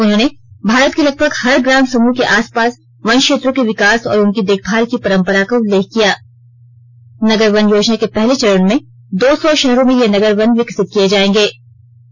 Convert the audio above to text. उन्होंने भारत के लगभग हर ग्राम समूह के आसपास वन क्षेत्रों के विकास और उनकी देखभाल की परंपरा नगर वन योजना के पहले चरण में दो सौ शहरों में ये नगर वन विकसित किए का उल्लेख किया